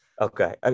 Okay